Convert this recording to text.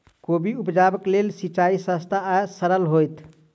कोबी उपजाबे लेल केँ सिंचाई सस्ता आ सरल हेतइ?